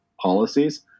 policies